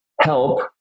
help